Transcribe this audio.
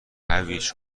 هویج